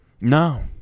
No